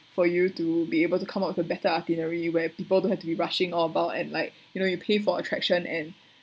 for you to be able to come up with a better itinerary where people don't have to be rushing all about and like you know you pay for attraction and